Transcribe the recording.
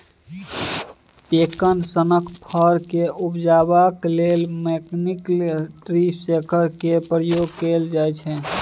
पैकन सनक फर केँ उपजेबाक लेल मैकनिकल ट्री शेकर केर प्रयोग कएल जाइत छै